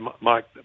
Mike